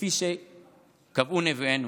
כפי שקבעו נביאינו.